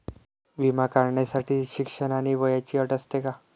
विमा काढण्यासाठी शिक्षण आणि वयाची अट असते का?